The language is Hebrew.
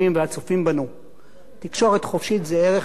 תקשורת חופשית זה ערך מרכזי בדמוקרטיה.